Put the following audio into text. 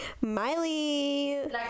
Miley